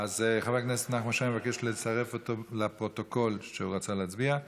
שנרכשה במסגרת קבוצת רכישה), התשע"ח 2018,